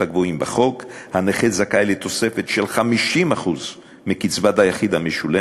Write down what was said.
בחוק הנכה זכאי לתוספת של 50% מקצבת היחיד המשולמת לו,